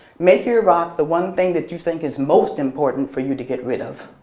make your rock the one thing that you think is most important for you to get rid of.